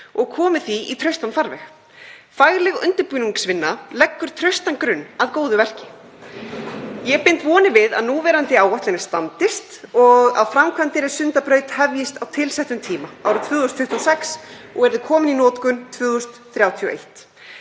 og komið því í traustan farveg. Fagleg undirbúningsvinna leggur traustan grunn að góðu verki. Ég bind vonir við að núverandi áætlanir standist og að framkvæmdir við Sundabraut hefjist á tilsettum tíma árið 2026 og að hún verði komin í notkun 2031.